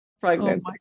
pregnant